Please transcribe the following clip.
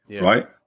Right